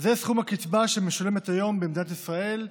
זה סכום הקצבה שמשולמת היום במדינת ישראל לזקן,